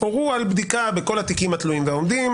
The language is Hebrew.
הורו על בדיקה בכל התיקים התלויים והעומדים.